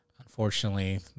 unfortunately